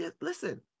listen